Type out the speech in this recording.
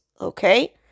Okay